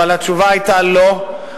אבל התשובה היתה "לא",